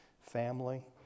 family